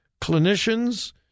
Clinicians